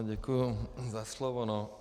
Děkuji za slovo.